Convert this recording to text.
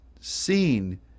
seen